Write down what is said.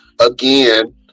again